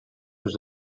sus